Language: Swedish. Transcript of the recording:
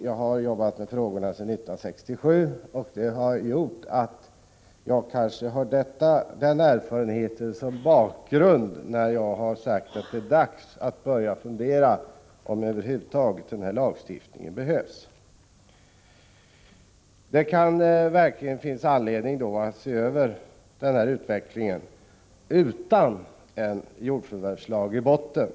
Jag har arbetat med frågorna sedan 1967. Kanske har jag detta som bakgrund när jag sagt att det är dags att börja fundera över om den här lagstiftningen över huvud taget behövs. Det kan finnas anledning att se över utvecklingen utan att tänka sig jordförvärvslagen i botten.